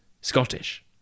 Scottish